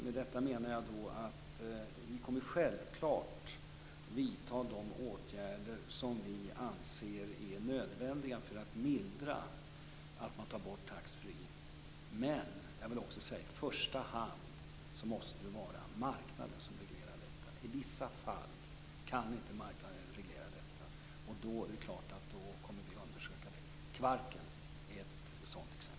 Med detta menar jag att vi självklart kommer att vidta de åtgärder som vi anser är nödvändiga för att mildra effekterna av att man tar bort taxfreeförsäljningen. Men - det vill jag också säga - i första hand måste det vara marknaden som reglerar detta. I vissa fall kan inte marknaden göra det, och då kommer vi förstås att undersöka det. Kvarken är ett sådant exempel.